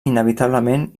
inevitablement